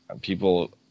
people